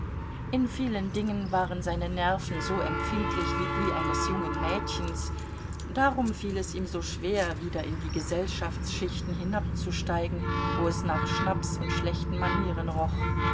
in vielen dingen waren seine nerven so empfindlich wie die eines jungen mädchens darum fiel es ihm so schwer wieder in die gesellschaftsschichten hinabzusteigen wo es nach schnaps und schlechten manieren roch